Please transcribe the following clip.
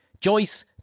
Joyce